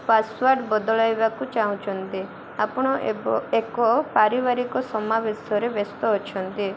password ବଦଳାଇବାକୁ ଚାହୁଁଛନ୍ତି ଆପଣ ଏକ ପାରିବାରିକ ସମାବେଶରେ ବ୍ୟସ୍ତ ଅଛନ୍ତି